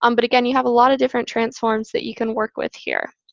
um but again, you have a lot of different transforms that you can work with here.